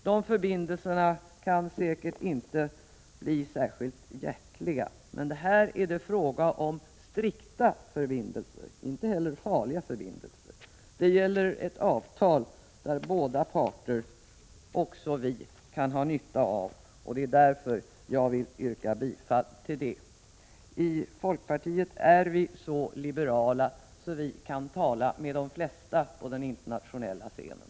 Dessa förbindelser kan säkert inte bli särskilt hjärtliga, men här är det fråga om strikta förbindelser — inte heller farliga förbindelser. Det gäller ett avtal som båda parter, också vi, kan ha nytta av. Det är därför jag vill yrka bifall till det. I folkpartiet är vi så liberala att vi kan tala med de flesta på den internationella scenen.